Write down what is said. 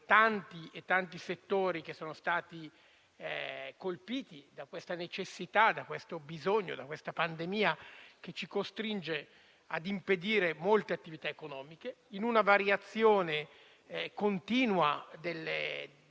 tanti e tanti settori, che sono stati colpiti da questa necessità e da questo bisogno a causa della pandemia, che ci costringe ad impedire molte attività economiche, in una variazione continua delle